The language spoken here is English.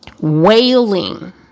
wailing